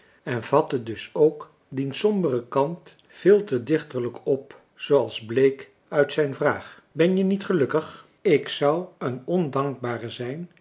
en vatte dus ook dien somberen kant veel te dichterlijk op zooals bleek uit zijn vraag ben je niet gelukkig ik zou een ondankbare zijn